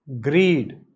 greed